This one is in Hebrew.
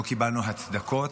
לא קיבלנו הצדקות,